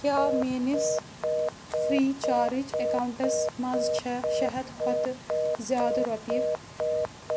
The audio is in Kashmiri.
کیٛاہ میٛٲنِس فرٛی چارٕج ایکاونٛٹَس منٛز چھےٚ شےٚ ہَتھ کھۄتہٕ زیٛادٕ رۄپیہِ